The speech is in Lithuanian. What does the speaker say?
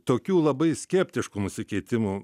tokių labai skeptiškų nusikeitimų